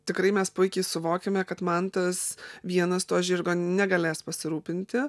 tikrai mes puikiai suvokiame kad mantas vienas to žirgo negalės pasirūpinti